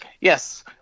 Yes